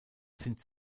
sind